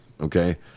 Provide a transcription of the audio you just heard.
okay